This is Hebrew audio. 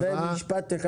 אוסאמה, זה משפט אחד?